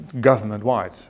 government-wide